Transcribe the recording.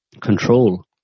control